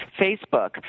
Facebook –